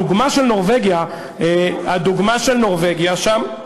הדוגמה של נורבגיה, שם,